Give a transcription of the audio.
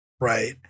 right